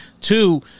Two